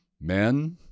Men